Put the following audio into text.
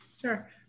Sure